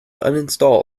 uninstall